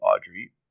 Audrey